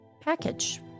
package